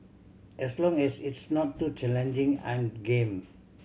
as long as it's not too challenging I'm game